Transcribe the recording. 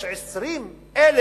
יש 20,000